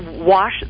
wash